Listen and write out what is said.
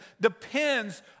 depends